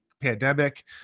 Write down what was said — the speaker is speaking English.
pandemic